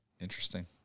Interesting